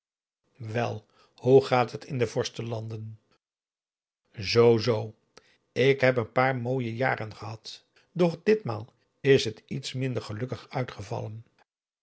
wel hoe gaat het in de vorstenlanden zoo zoo ik heb een paar mooie jaren gehad doch ditmaal is het iets minder gelukkig uitgevallen